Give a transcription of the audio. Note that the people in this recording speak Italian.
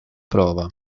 prova